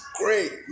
Great